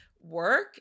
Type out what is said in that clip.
work